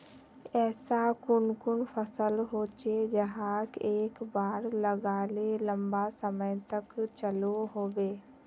ऐसा कुन कुन फसल होचे जहाक एक बार लगाले लंबा समय तक चलो होबे?